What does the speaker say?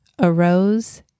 arose